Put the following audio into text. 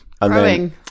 Growing